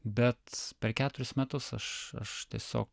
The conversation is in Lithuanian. bet per keturis metus aš aš tiesiog